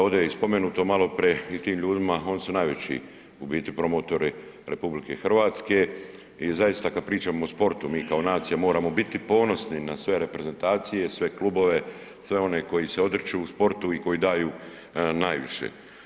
Ovdje je spomenuto maloprije i tim ljudima oni su najveći promotori RH i zaista kada pričamo o sportu mi kao nacija moramo biti ponosni na sve reprezentacije, sve klubove, sve oni koji se odriču u sportu i koji daju najviše.